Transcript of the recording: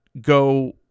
go